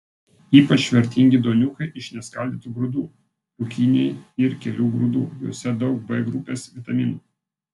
ypač vertingi duoniukai iš neskaldytų grūdų ruginiai ir kelių grūdų juose daug b grupės vitaminų